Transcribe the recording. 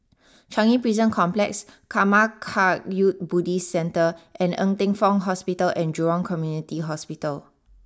Changi Prison Complex Karma Kagyud Buddhist Center and Ng Teng Fong Hospital and Jurong Community Hospital